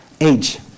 age